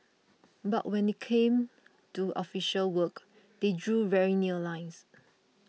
but when it came to official work they drew very near lines